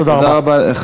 תודה רבה.